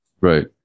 right